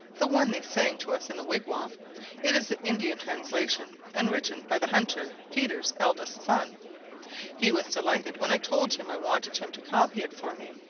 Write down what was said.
the one they sang to us in the wigwam it is the indian translation, and written by the hunter, peter's eldest son he was delighted when i told him i wanted him to copy it for me,